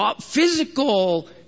physical